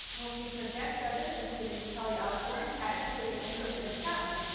and will feature guest judges including kelly osbourne, cat deely, and georgina chapman,